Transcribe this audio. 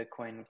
Bitcoin